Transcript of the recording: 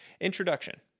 Introduction